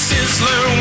Sizzler